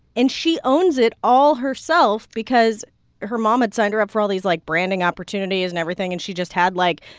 and she owns it all herself because her mom had signed her up for all these, like, branding opportunities and everything. and she just had, like,